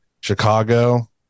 Chicago